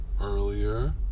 earlier